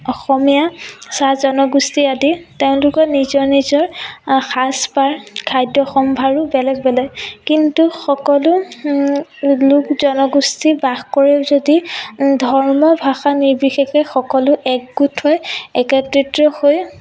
অসমীয়া চাহ জনগোষ্ঠী আদি তেওঁলোকৰ নিজৰ নিজৰ সাজপাৰ খাদ্য সম্ভাৰো বেলেগ বেলেগ কিন্তু সকলো লোক জনগোষ্ঠী বাস কৰে যদি ধৰ্ম ভাষা নিৰ্বিশেষে সকলো একগোট হৈ একেত্ৰিত হৈ